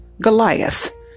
Goliath